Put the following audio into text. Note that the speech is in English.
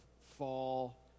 fall